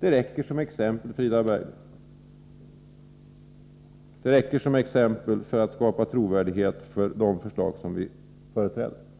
Det räcker som exempel, Frida Berglund, för att skapa trovärdighet för de förslag som vi förespråkar.